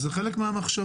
זה חלק מהמחשבה.